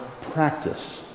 practice